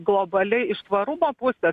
globaliai iš tvarumo pusės